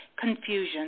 confusion